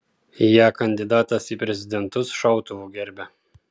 ją kandidatas į prezidentus šautuvu gerbia